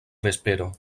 vespero